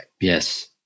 Yes